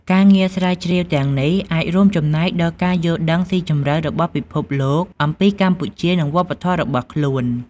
ការងារស្រាវជ្រាវទាំងនេះអាចរួមចំណែកដល់ការយល់ដឹងស៊ីជម្រៅរបស់ពិភពលោកអំពីកម្ពុជា និងវប្បធម៌របស់ខ្លួន។